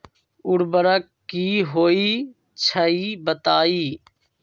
उर्वरक की होई छई बताई?